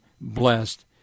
blessed